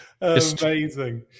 Amazing